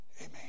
Amen